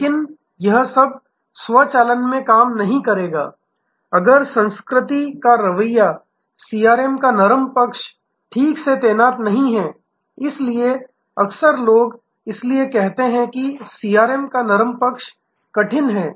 लेकिन यह सब स्वचालन काम नहीं करेगा अगर संस्कृति का रवैया सीआरएम का नरम पक्ष ठीक से तैनात नहीं है इसलिए अक्सर लोग इसलिए कहते हैं कि सीआरएम का नरम पक्ष कठिन है